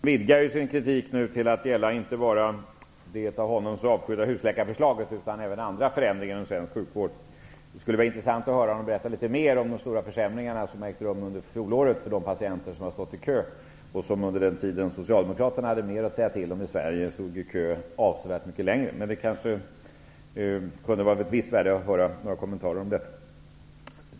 Herr talman! Börje Nilsson vidgar nu sin kritik till att gälla inte bara det av honom så avskydda husläkarförslaget utan även andra förändringar inom svensk sjukvård. Det skulle vara intressant att få höra honom berätta litet mer om de stora försämringarna som ägde rum under fjolåret för de patienter som har stått i kö. Under den tid Socialdemokraterna hade mer att säga till om i Sverige stod patienterna avsevärt längre tid i kön. Det kunde vara av visst värde att höra några kommentarer om det.